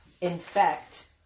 infect